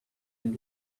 and